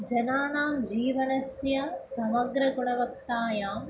जनानां जीवनस्य समग्रगुणवत्तायां